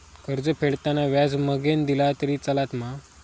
कर्ज फेडताना व्याज मगेन दिला तरी चलात मा?